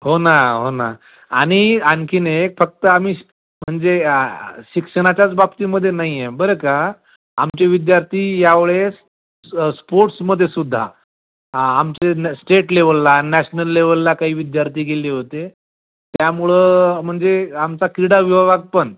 हो ना हो ना आणि आणखीन एक फक्त आम्ही श् म्हणजे आ शिक्षणाच्याच बाबतीमध्ये नाही आहे बरं का आमचे विद्यार्थी यावेळेस स् स्पोर्ट्समध्येसुद्धा आ आमचे नॅ श्टेट लेवलला नॅशनल लेवलला काही विद्यार्थी गेले होते त्यामुळं म्हणजे आमचा क्रीडा विभाग पण